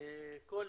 כל הנציגים,